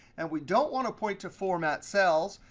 and we don't want to point to format cells.